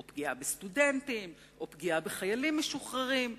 או פגיעה בסטודנטים או פגיעה בחיילים משוחררים.